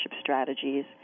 strategies